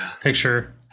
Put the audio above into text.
picture